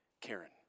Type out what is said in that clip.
Karen